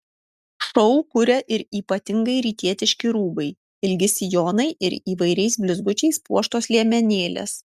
šou kuria ir ypatingi rytietiški rūbai ilgi sijonai ir įvairiais blizgučiais puoštos liemenėlės